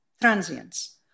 transients